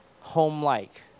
home-like